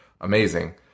amazing